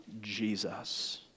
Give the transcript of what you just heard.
Jesus